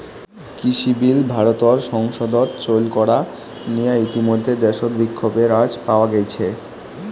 কৃষিবিল ভারতর সংসদত চৈল করা নিয়া ইতিমইধ্যে দ্যাশত বিক্ষোভের আঁচ পাওয়া গেইছে